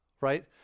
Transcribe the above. right